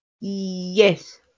yes